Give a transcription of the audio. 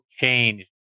changed